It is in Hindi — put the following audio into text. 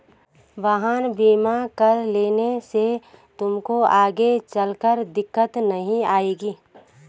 वाहन बीमा करा लेने से तुमको आगे चलकर दिक्कत नहीं आएगी